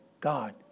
God